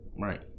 Right